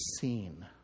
seen